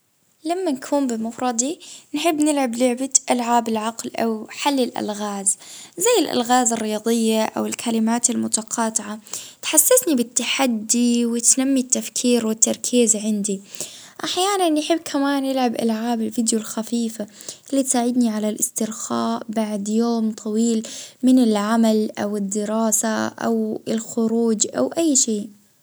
اه نحب نلعب لعبة اسكودو اه تساعدني نركز وتعطيني تحدي ذهني وجت ما عنديش اه مندير.